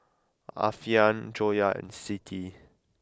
Alfian Joyah and Siti